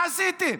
מה עשיתם?